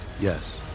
Yes